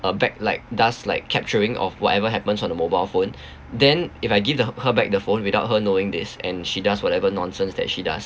a back like does like capturing of whatever happens on the mobile phone then if I give the her back the phone without her knowing this and she does whatever nonsense that she does